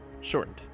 Shortened